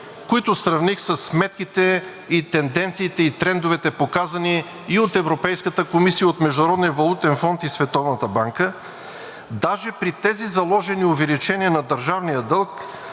които сравних със сметките, тенденциите и трендовете, показани от Европейската комисия, от Международния валутен фонд и Световната банка – даже при тези заложени увеличения на държавния дълг